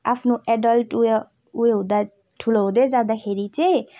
जब आफ्नो एडल्ट उयो उयो हुँदा ठुलो हुँदै जाँदाखेरि चाहिँ